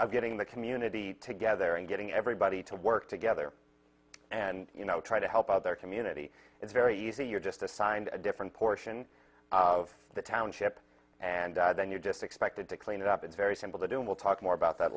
of getting the community together and getting everybody to work together and you know try to help other community it's very easy you're just assigned a different portion of the township and then you're just expected to clean it up it's very simple to do we'll talk more about that